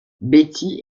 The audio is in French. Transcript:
betty